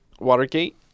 Watergate